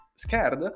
Scared